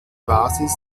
basis